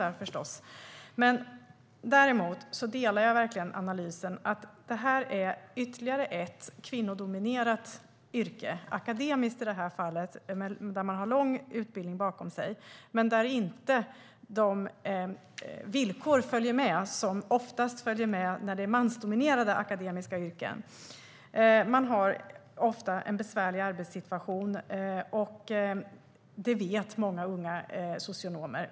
Jag instämmer verkligen i analysen att detta är ytterligare ett kvinnodominerat yrke, i det här fallet ett akademiskt yrke med en lång utbildning. Men de villkor som oftast följer med mansdominerade akademiska yrken följer inte med här. Det är ofta en besvärlig arbetssituation. Det vet många unga socionomer.